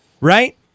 right